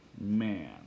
man